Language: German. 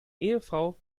ehefrau